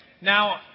now